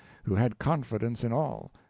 who had confidence in all,